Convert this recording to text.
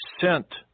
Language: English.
sent